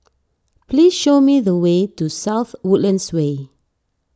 please show me the way to South Woodlands Way